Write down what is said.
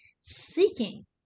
seeking